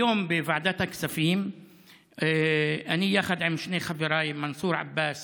היום בוועדת הכספים אני ושני חבריי מנסור עבאס